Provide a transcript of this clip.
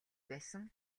байсан